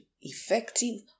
effective